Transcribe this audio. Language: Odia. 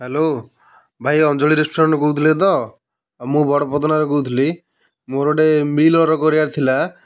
ହ୍ୟାଲୋ ଭାଇ ଅଞ୍ଜଳୀ ରେଷ୍ଟୁରାଣ୍ଟ୍ରୁ କହୁଥିଲେ ତ ମୁଁ ବଡ଼ପଦନାରୁ କହୁଥିଲି ମୋର ଗୋଟେ ମିଲ୍ ଅର୍ଡ଼ର୍ କରିବାର ଥିଲା